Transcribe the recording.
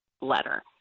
letter